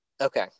Okay